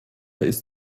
ist